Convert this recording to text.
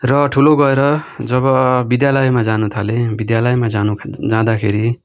र ठुलो भएर जब विद्यालयमा जानथालेँ विद्यालयमा जानु जाँदाखेरि